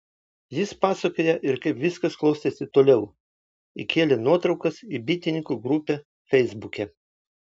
jis pasakoja ir kaip viskas klostėsi toliau įkėlė nuotraukas į bitininkų grupę feisbuke